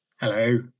Hello